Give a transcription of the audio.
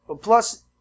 plus